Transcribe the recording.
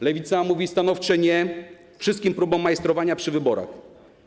Lewica mówi stanowcze „nie” wszystkim próbom majstrowania przy wyborach.